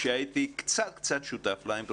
לפני שלוש או ארבע שנים הייתי קצת-קצת שותף לה עם פרופ'